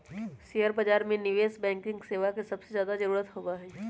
share बाजार में निवेश बैंकिंग सेवा के सबसे ज्यादा जरूरत होबा हई